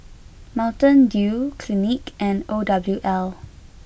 Mountain Dew Clinique and O W L